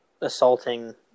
assaulting